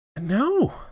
No